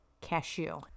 Cashew